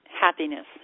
happiness